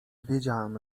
wiedziałem